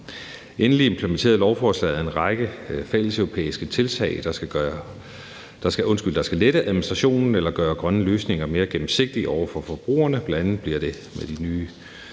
Endelig implementerer lovforslaget en række fælleseuropæiske tiltag, der skal lette administrationen eller gøre grønne løsninger mere gennemsigtige over for forbrugerne. Bl.a. bliver det med den nye